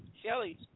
Shelly